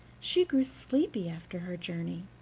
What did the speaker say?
she grew sleepy after her journey,